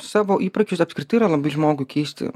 savo įpročius apskritai yra labai žmogui keisti